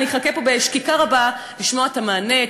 אני אחכה פה בשקיקה רבה לשמוע את המענה,